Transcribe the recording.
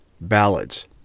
ballads